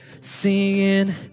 singing